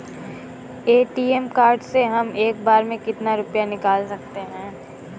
ATM card से हम एक बार में कितना रुपया निकाल सकते हैं?